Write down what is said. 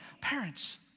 Parents